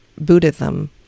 Buddhism